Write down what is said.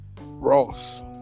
Ross